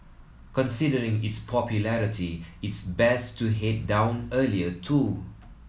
considering its popularity it's best to head down earlier too